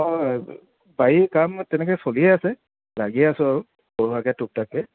হয় বাৰীৰ কাম তেনেকৈ চলিয়ে আছে লাগিয়ে আছোঁ আৰু সৰু সুৰাকৈ টুক টাককৈ